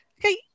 Okay